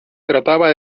trataba